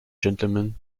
gentlemen